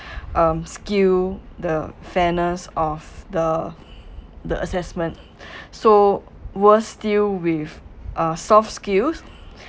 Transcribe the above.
um skew the fairness of the the assessment so worst still with uh soft skills